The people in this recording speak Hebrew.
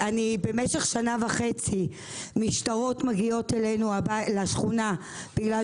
במשך שנה וחצי מגיעה אליי משטרה לשכונה מכיוון